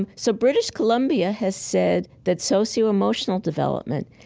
um so british columbia has said that socioemotional development,